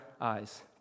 eyes